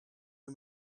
you